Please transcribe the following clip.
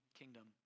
kingdom